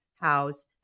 house